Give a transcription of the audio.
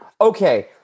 Okay